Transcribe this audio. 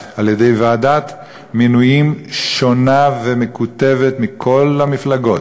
על-ידי ועדת מינויים שונה ומקוטבת מכל המפלגות,